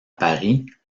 paris